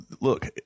look